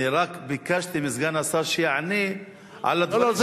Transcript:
אני רק ביקשתי מסגן השר שיענה על הדברים, לא, לא.